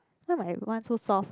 not my one so soft